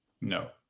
No